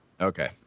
Okay